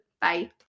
Bye